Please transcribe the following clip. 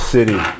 City